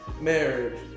marriage